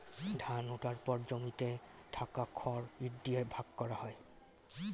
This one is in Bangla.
ধান ওঠার পর জমিতে থাকা খড় ইট দিয়ে ভাগ করা হয়